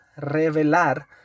revelar